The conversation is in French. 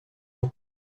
ans